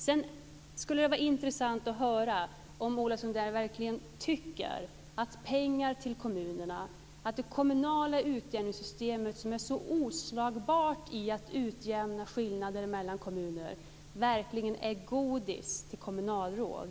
Sedan skulle det vara intressant att höra om Ola Sundell verkligen tycker att pengar till kommunerna från det kommunala utjämningssystemet, som är så oslagbart i att utjämna skillnader mellan kommuner, verkligen är godis till kommunalråd.